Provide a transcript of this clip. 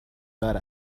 دار